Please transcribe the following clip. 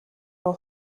руу